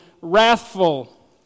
wrathful